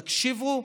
תקשיבו,